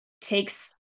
takes